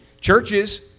Churches